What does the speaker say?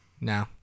No